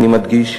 אני מדגיש,